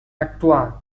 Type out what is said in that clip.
actuar